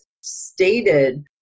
stated